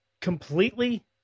completely